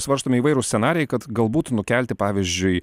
svarstomi įvairūs scenarijai kad galbūt nukelti pavyzdžiui